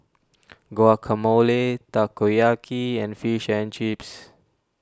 Guacamole Takoyaki and Fish and Chips